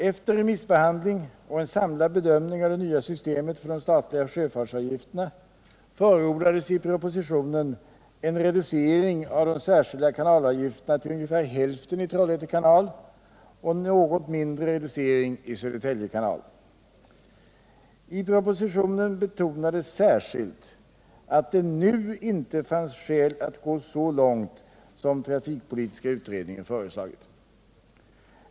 Efter remissbehandling och en samlad bedömning av det nya systemet för de statliga sjöfartsavgifterna förordades i propositionen en reducering av de särskilda kanalavgifterna till ungefär hälften i Trollhätte kanal och en något mindre reducering i Södertälje kanal. I propositionen betonades särskilt att det ”nw” inte fanns skäl att gå så långt som trafikpolitiska utredningen föreslog.